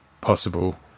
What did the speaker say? possible